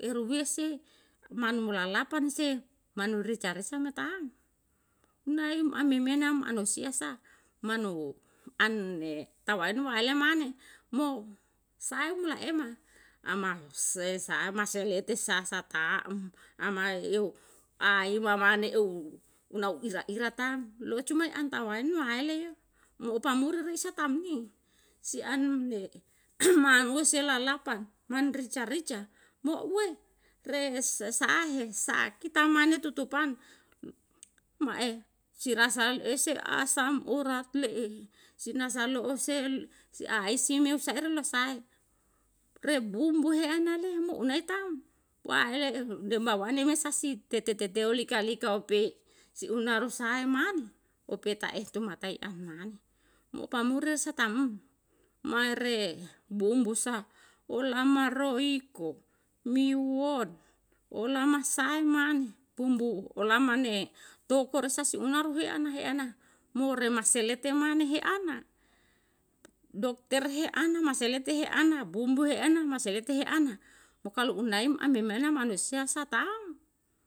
helu wetihelu, weti weti weti tai la'a me, lame lame usuama, usuama himten helu eu helu. I eu pa embi'e lawa me helu, lawakana hahou an helu, ta pena haire ka tamsa yuna sahae? Tamsa i an tamyen yo